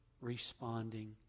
responding